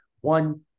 one